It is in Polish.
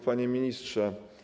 Panie Ministrze!